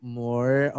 more